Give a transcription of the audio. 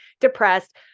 depressed